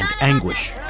anguish